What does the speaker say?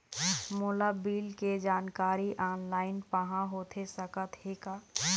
मोला बिल के जानकारी ऑनलाइन पाहां होथे सकत हे का?